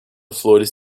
flores